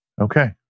Okay